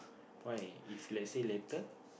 why if let's say later